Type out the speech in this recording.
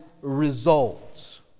results